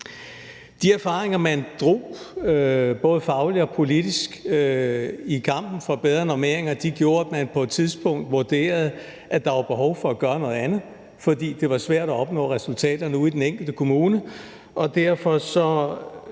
De erfaringer, man drog både fagligt og politisk i kampen for bedre normeringer, gjorde, at man på et tidspunkt vurderede, at der var behov for at gøre noget andet, fordi det var svært at opnå resultater ude i den enkelte kommune. Og derfor